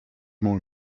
more